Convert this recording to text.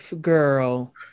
girl